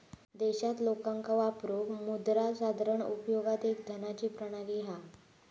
देशात लोकांका वापरूक मुद्रा साधारण उपयोगात एक धनाची प्रणाली हा